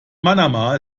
manama